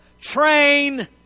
train